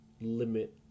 limit